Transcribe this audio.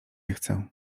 chcę